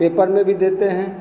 paper में भी देते हैं